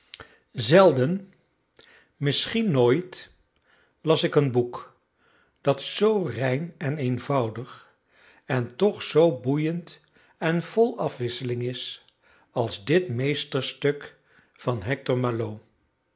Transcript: zelden misschien nooit las ik een boek dat zoo rein en eenvoudig en toch zoo boeiend en vol afwisseling is als dit meesterstuk van hector malot